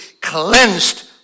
cleansed